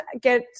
get